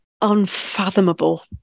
unfathomable